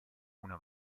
una